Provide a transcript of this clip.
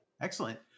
Excellent